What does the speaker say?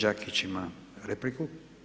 Đakić ima repliku.